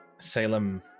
Salem